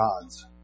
God's